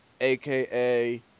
aka